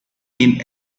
mean